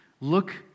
look